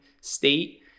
state